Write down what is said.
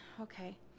okay